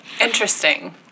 Interesting